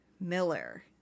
Miller